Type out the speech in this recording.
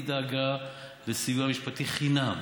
היא דאגה לסיוע משפטי חינם,